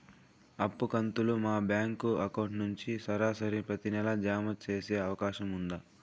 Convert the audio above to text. అప్పు కంతులు మా బ్యాంకు అకౌంట్ నుంచి సరాసరి ప్రతి నెల జామ సేసే అవకాశం ఉందా?